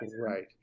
Right